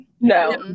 No